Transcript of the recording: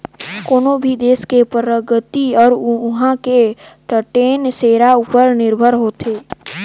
कोनो भी देस के परगति हर उहां के टटेन सेरा उपर निरभर होथे